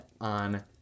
on